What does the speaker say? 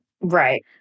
Right